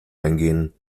eingehen